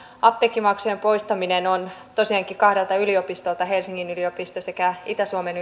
apteekkimaksujen poistaminen tosiaankin kahdelta yliopistolta helsingin yliopistolta sekä itä suomen